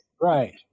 Right